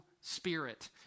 spirit